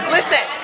Listen